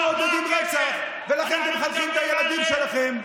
מה הקשר,